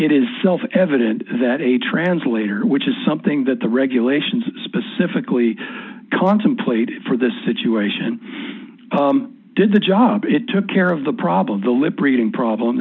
is self evident that a translator which is something that the regulations specifically contemplated for this situation did the job it took care of the problem the lip reading problem